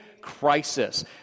crisis